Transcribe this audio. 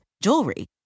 jewelry